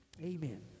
Amen